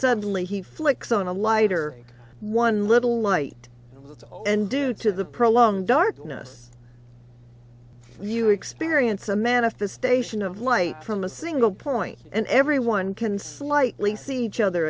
suddenly he flicks on a lighter one little light and due to the prolonged darkness you experience a manifestation of light from a single point and everyone can slightly see each other